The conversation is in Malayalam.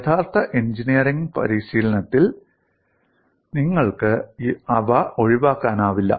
യഥാർത്ഥ എഞ്ചിനീയറിംഗ് പരിശീലനത്തിൽ നിങ്ങൾക്ക് അവ ഒഴിവാക്കാനാവില്ല